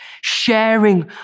sharing